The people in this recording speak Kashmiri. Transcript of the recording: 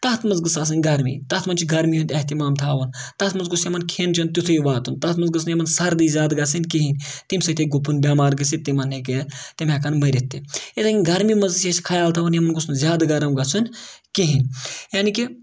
تَتھ منٛز گٔژھ آسٕنۍ گَرمی تَتھ منٛز چھِ گرمی ہُنٛد اہتمام تھاوُن تَتھ منٛز گوٚژھ یِمَن کھٮ۪ن چٮ۪ن تیُتھُے واتُن تَتھ منٛز گٔژھ نہٕ یِمَن سردی زیادٕ گژھٕنۍ کِہیٖنۍ تٔمۍ سۭتۍ ہیٚکہِ گُپُن بٮ۪مار گٔژھِتھ تِمَن ہیٚکہِ تِم ہٮ۪کَن مٔرِتھ تہِ یِتھَے کٔنۍ گرمی منٛز تہِ چھِ أسۍ خیال تھاوان یِمَن گوٚژھ نہٕ زیادٕ گرم گژھُن کِہیٖنۍ یعنے کہِ